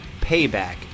payback